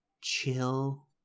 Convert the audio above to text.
chill